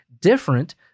different